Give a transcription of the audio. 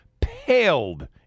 paled